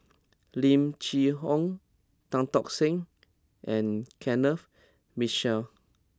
Lim Chee Onn Tan Tock Seng and Kenneth Mitchell